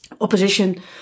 opposition